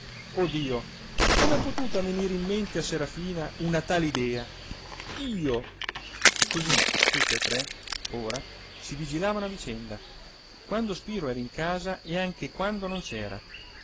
dio com'è potuta venire in mente a serafina una tale idea io così tutte e tre ora si vigilavano a vicenda quando spiro era in casa e anche quando non